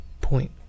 point